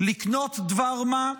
לקנות דבר מה,